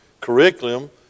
curriculum